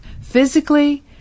physically